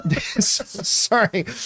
sorry